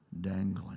dangling